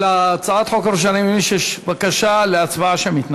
על הצעת החוק הראשונה אני מבין שיש בקשה להצבעה שמית,